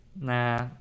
Nah